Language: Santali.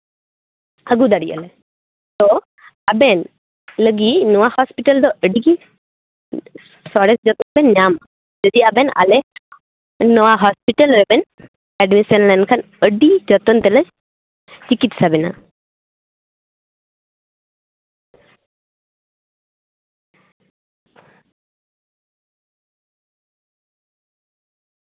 ᱟᱜᱩ ᱫᱟᱲᱮᱭᱟᱜᱼᱟ ᱞᱮ ᱛᱚ ᱟᱵᱮᱱ ᱞᱟᱹᱜᱤᱫ ᱱᱚᱣᱟ ᱦᱚᱥᱯᱤᱴᱟᱞ ᱫᱚ ᱟᱹᱰᱤᱜᱮ ᱥᱚᱨᱮᱥ ᱢᱮᱱᱛᱮᱵᱮᱱ ᱧᱟᱢᱟ ᱡᱩᱫᱤ ᱟᱵᱚᱱ ᱟᱞᱮ ᱱᱚᱣᱟ ᱦᱚᱥᱯᱤᱴᱟᱞ ᱨᱮᱵᱮᱱ ᱮᱰᱢᱤᱥᱮᱱ ᱞᱮᱱᱠᱷᱟᱱ ᱟᱹᱰᱤ ᱡᱚᱛᱚᱱ ᱛᱮᱞᱮ ᱪᱤᱠᱤᱛᱥᱟ ᱵᱮᱱᱟ